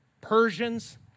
Persians